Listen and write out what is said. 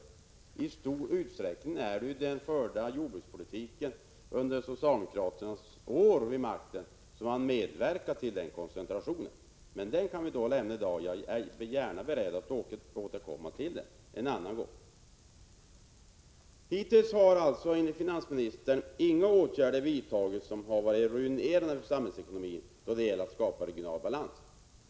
Det är ju i stor utsträckning den jordbrukspolitik som har förts under socialdemokraternas år vid makten som miska effekterna av regional obalans har medverkat till den koncentrationen. Men den frågan kan vi lämna i dag. Jag återkommer gärna till den en annan gång. Enligt finansministern har hittills inga åtgärder vidtagits som har varit ruinerande för samhällsekonomin då det gäller att skapa regional balans.